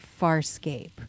Farscape